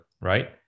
right